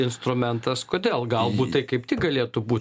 instrumentas kodėl galbūt tai kaip tik galėtų būt